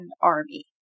Army